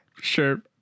Sure